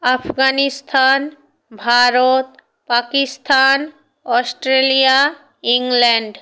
Afghanistan Bharat Pakistan Australia England